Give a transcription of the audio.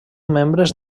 membres